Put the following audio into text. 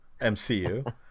mcu